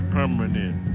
Permanent